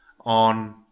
on